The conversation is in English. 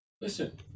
Listen